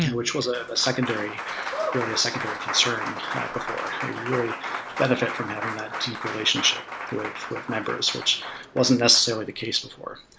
which was ah a really secondary concern before. we really benefit from having that deep relationship with with members, which wasn't necessarily the case before.